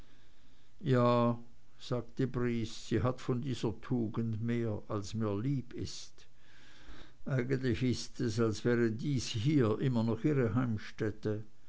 ja sagte briest sie hat von dieser tugend mehr als mir lieb ist eigentlich ist es als wäre dies hier immer noch ihre heimstätte